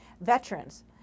veterans